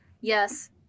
Yes